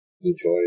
enjoy